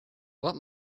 what